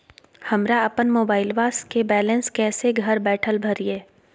हमरा अपन मोबाइलबा के बैलेंस कैसे घर बैठल भरिए?